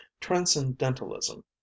transcendentalism